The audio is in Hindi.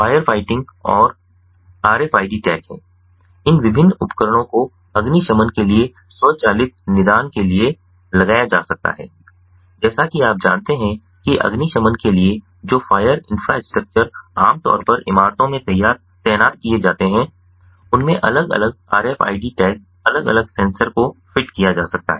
फायरफाइटिंग एक और RFID टैग है इन विभिन्न उपकरणों को अग्निशमन के लिए स्वचालित निदान के लिए लगाया जा सकता है जैसा कि आप जानते हैं कि अग्निशमन के लिए जो फायर इन्फ्रास्ट्रक्चर आमतौर पर इमारतों में तैनात किए जाते हैं उनमे अलग अलग RFID टैग अलग अलग सेंसर को फिट किया जा सकता है